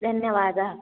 धन्यवादः